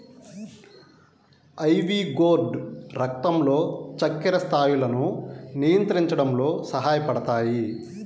ivy gourd రక్తంలో చక్కెర స్థాయిలను నియంత్రించడంలో సహాయపడతాయి